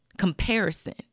comparison